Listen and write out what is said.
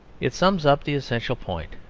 it sums up the essential point,